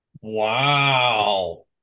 Wow